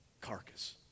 carcass